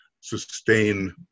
sustain